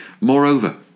Moreover